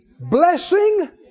Blessing